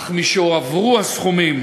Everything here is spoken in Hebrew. אך משהועברו הסכומים